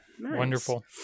wonderful